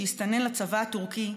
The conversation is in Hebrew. שהסתנן לצבא הטורקי,